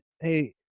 Hey